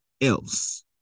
else